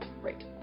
Right